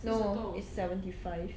no it's seventy five